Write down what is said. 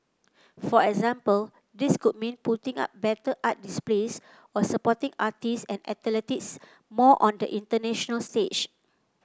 for example this could mean putting up better art displays or supporting artists and athletes more on the international stage